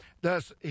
Thus